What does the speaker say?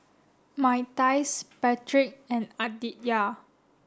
Myrtice Patric and Aditya